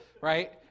Right